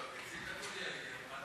הכול בסדר?